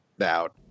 out